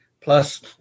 Plus